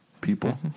people